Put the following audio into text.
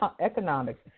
Economics